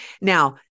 Now